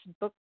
book